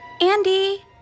Andy